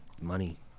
Money